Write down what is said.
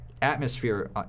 atmosphere